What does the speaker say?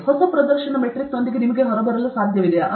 ನೀವು ಹೊಸ ಪ್ರದರ್ಶನ ಮೆಟ್ರಿಕ್ನೊಂದಿಗೆ ಹೊರಬರುವಿರಾ